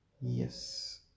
Yes